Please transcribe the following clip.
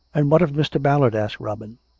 and what of mr. ballard? asked robin.